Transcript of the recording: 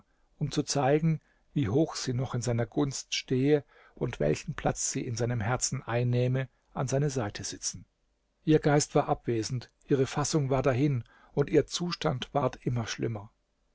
um zu zeigen wie hoch sie noch in seiner gunst stehe und welchen platz sie in seinem herzen einnehme an seine seite sitzen ihr geist war abwesend ihre fassung war dahin und ihr zustand ward immer schlimmer